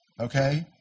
okay